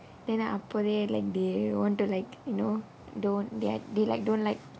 then அப்போதே:appothae like they want to like you know don't there they like don't like